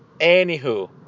Anywho